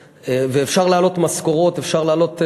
אפשר להעלות משכורות, אפשר להעלות דברים,